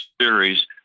Series